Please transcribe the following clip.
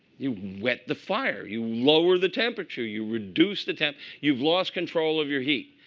you wet the fire. you lower the temperature. you reduce the temp. you've lost control of your heat.